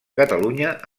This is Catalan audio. catalunya